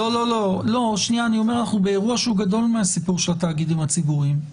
אני באירוע שהוא גדול מן הסיפור של התאגידים הציבוריים.